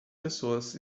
pessoas